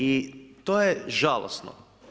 I to je žalosno.